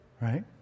right